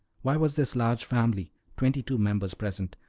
why was this large family twenty-two members present,